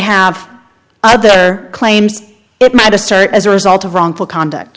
have other claims it might assert as a result of wrongful conduct